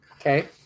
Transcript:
Okay